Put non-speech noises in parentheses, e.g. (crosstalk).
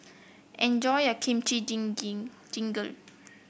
enjoy your Kimchi (unintelligible) Jjigae